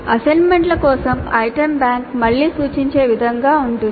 అసైన్మెంట్ల కోసం item bank మళ్లీ సూచించే విధంగా ఉంది